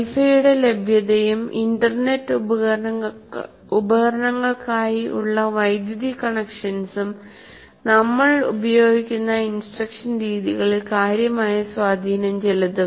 Y ഫൈയുടെ ലഭ്യതയും internet ഉപകരണങ്ങൾക്കായി ഉള്ള വൈദ്യുതി കണക്ഷൻസും നമ്മൾ ഉപയോഗിക്കുന്ന ഇൻസ്ട്രക്ഷൻ രീതികളിൽ കാര്യമായ സ്വാധീനം ചെലുത്തും